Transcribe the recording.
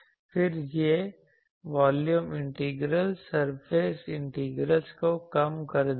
फिर यह volume integral surface integrals को कम कर देगा